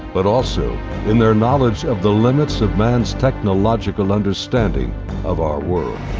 but also in their knowledge of the limits of man's technological understanding of our world.